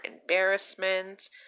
embarrassment